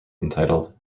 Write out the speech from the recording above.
entitled